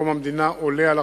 מקום המדינה עולה על